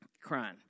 crying